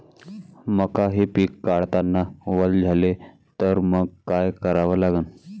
मका हे पिक काढतांना वल झाले तर मंग काय करावं लागन?